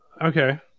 Okay